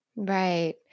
Right